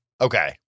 Okay